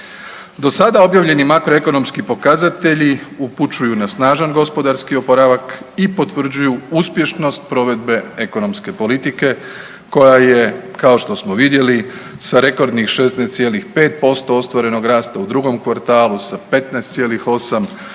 Do sada objavljeni makroekonomski pokazatelji upućuju na snažan gospodarski oporavak i potvrđuju uspješnost provedbe ekonomske politike koja je kao što smo vidjeli sa rekordnih 16,5% ostvarenog rasta u drugom kvartalu sa 15,8